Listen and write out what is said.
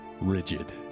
rigid